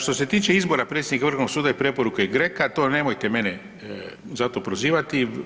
Što se tiče izbora predsjednika Vrhovnog suda i preporuke GRECO-a to nemojte mene za to prozivati.